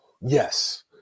Yes